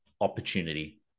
opportunity